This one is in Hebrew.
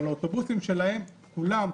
אבל האוטובוסים שלהן כולם,